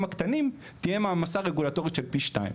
הקטנים תהיה מעמסה רגולטורית פי שתיים.